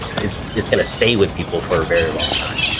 it's it's gonna stay with people for a very long time.